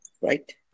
right